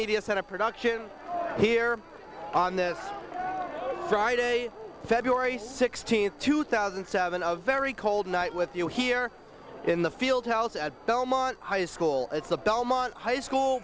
media center production here on this friday february sixteenth two thousand and seven of very cold night with you here in the field house at belmont high school it's a belmont high school